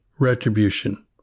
Retribution